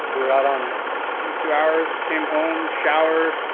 we were out on. yeah, we were forty two hours. came home, showered,